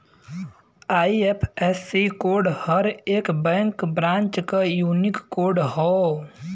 IFSC code हर एक bank branch क यूनिक कोड हौ